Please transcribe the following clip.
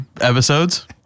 episodes